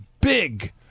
Big